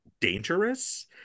dangerous